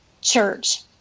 church